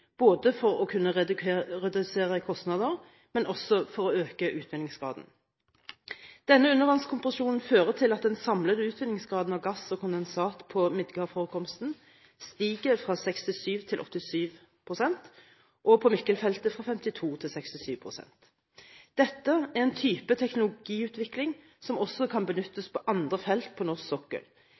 for å kunne redusere kostnader, men også for å øke utvinningsgraden. Denne undervannskompresjonen fører til at den samlede utvinningsgraden av gass og kondensat på Midgardforekomsten stiger fra 67 til 87 pst. og på Mikkelfeltet fra 52 til 67 pst. Dette er en type teknologiutvikling som også kan benyttes på andre felt på norsk sokkel,